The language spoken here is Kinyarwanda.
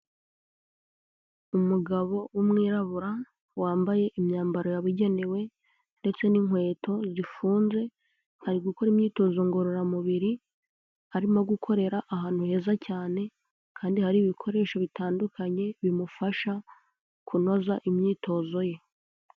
Umugabo w'umwirabura wambaye imyambaro yabugenewe ndetse n'inkweto zifunze, ari gukora imyitozo ngororamubiri, harimo gukorera ahantu heza cyane kandi hari ibikoresho bitandukanye, bimufasha kunoza imyitozo ye.